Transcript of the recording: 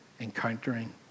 encountering